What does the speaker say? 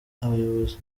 abayobozi